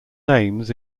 names